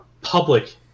public